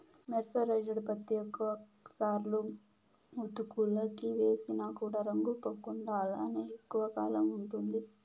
mercerised పత్తి ఎక్కువ సార్లు ఉతుకులకి వేసిన కూడా రంగు పోకుండా అలానే ఎక్కువ కాలం ఉంటుంది